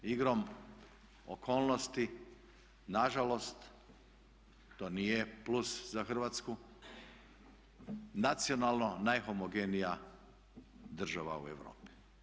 Mi smo igrom okolnosti, nažalost to nije plus za Hrvatsku, nacionalno najhomogenija država u Europi.